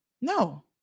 No